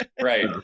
Right